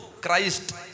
Christ